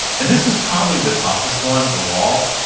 and this is probably the toughest one of all.